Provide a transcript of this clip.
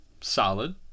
Solid